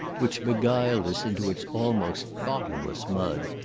which beguiled us into its almost bottomless mud,